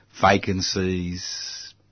vacancies